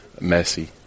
Messy